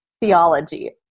theology